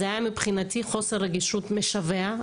מבחינתי, זה היה חוסר רגישות משווע.